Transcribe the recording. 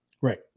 Right